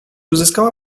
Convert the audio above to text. uzyskała